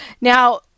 Now